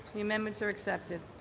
the amendments are accepted.